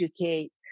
educate